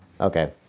Okay